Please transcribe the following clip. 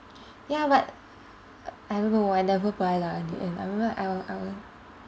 ya but I don't know I never buy lah in the end I remember I will I will